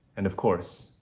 and of course,